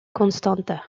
constanța